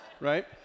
Right